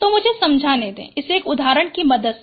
तो मुझे समझाने दें इसे एक उदहारण की मदद से